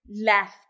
left